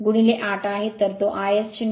तर तो iS ०